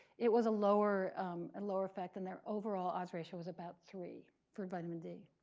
it was a lower lower effect. than their overall odds ratio was about three for vitamin d.